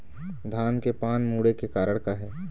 धान के पान मुड़े के कारण का हे?